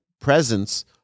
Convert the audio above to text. presence